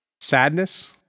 sadness